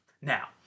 Now